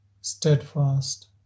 steadfast